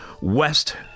West